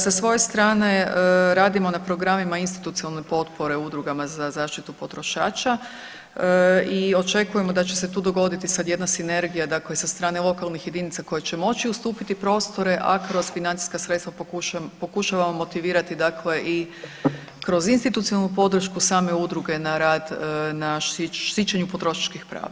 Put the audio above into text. Sa svoje strane radimo na programima institucionalne potpore udrugama za zaštitu potrošača i očekujemo da će se tu dogoditi jedna sinergija, dakle sa strane lokalnih jedinica koje će moći ustupiti prostore a kroz financijska sredstva pokušavamo motivirati, dakle i kroz institucionalnu podršku same udruge na rad na štićenju potrošačkih prava.